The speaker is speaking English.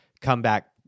comeback